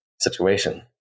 situation